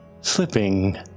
slipping